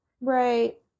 right